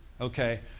okay